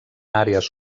àrees